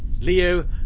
Leo